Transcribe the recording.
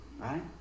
right